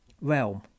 realm